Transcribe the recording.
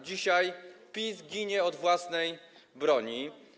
Dzisiaj PiS ginie od własnej broni.